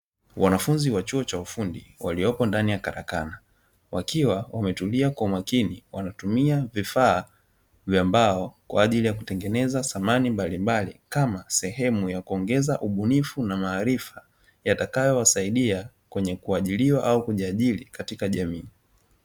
Wanafunzi wa chuo cha ufundi waliopo ndani ya karakana wakiwa wametulia kwa makini, wakiwa wanatumia vifaa vya mbao kwa ajili ya kutengeneza samani mbalimbali, kama sehemu ya kuongeza ubunifu na maarifa yatakayo wasaidia kwenye kuajirirwa au kujiajiri katika jamii.